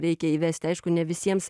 reikia įvesti aišku ne visiems